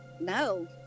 no